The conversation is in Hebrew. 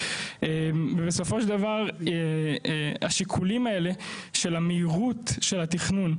ובסופו של דבר השיקולים האלה של המהירות של התכנון,